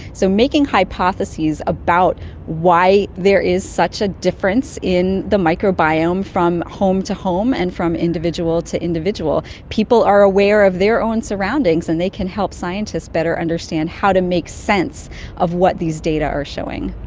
so making hypotheses about why there is such a difference in the microbiome from home to home and from individual to individual. people are aware of their own surroundings and they can help scientists better understand how to make sense of what these data are showing.